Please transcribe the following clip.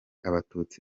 abatutsi